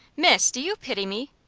miss, do you pity me?